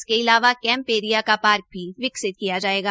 इसके अलावा camp area का पार्क भी विकसित किया जायेगा